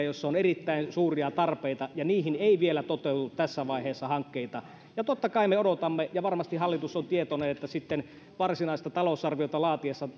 joissa on erittäin suuria tarpeita ja niihin ei vielä toteudu tässä vaiheessa hankkeita totta kai me odotamme ja varmasti hallitus on tietoinen siitä että sitten varsinaista talousarviota laadittaessa